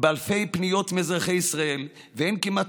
באלפי פניות מאזרחי ישראל ואין כמעט